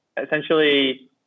essentially